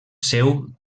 seu